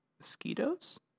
mosquitoes